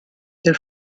del